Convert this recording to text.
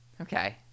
Okay